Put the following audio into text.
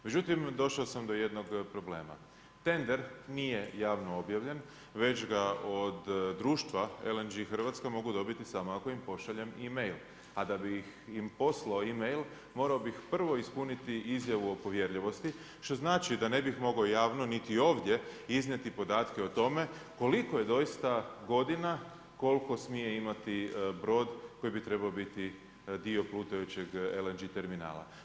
Međutim došao sam do jednog problema, tender nije javno objavljen, već ga od društva LNG Hrvatska mogu dobiti samo ako im pošaljem e-mail, a da bih im poslao e-mail morao bih prvo ispuniti izjavu o povjerljivosti što znači da ne bih mogao javno, niti ovdje iznijeti podatke o tome koliko je doista godina koliko smije imati brod koji bi trebao biti dio plutajućeg LNG terminala.